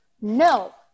no